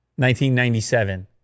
1997